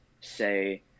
say